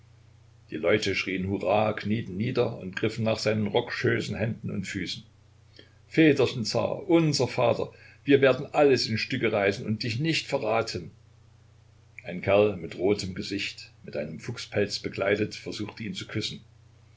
die leute schrien hurra knieten nieder und griffen nach seinen rockschößen händen und füßen väterchen zar unser vater wir werden alles in stücke reißen und dich nicht verraten ein kerl mit rotem gesicht mit einem fuchspelz bekleidet versuchte ihn zu küssen